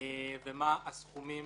ומה הסכומים